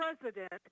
president